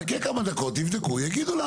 חכה כמה דקות, יבדקו, יגידו לנו.